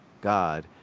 God